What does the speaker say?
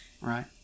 right